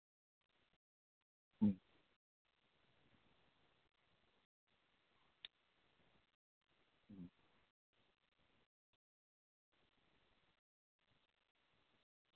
ᱦᱩᱸ